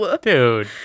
Dude